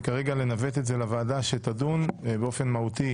זה כרגע כדי לנווט את הצעת החוק לוועדה שתדון באופן מהותי.